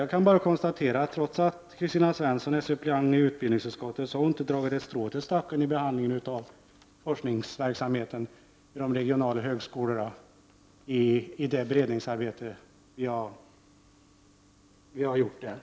Jag kan bara konstatera att Kristina Svensson, trots att hon är suppleant i utbildningsutskottet, inte har dragit något strå till stacken vid det beredningsarbete som vi har gjort inför behandlingen av forskningsverksamheten vid de regionala högskolorna.